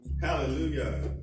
Hallelujah